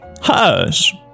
hush